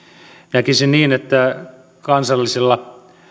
näkisin niin että kansallisella